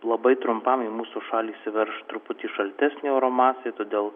labai trumpam į mūsų šalį įsiverš truputį šaltesnė oro masė todėl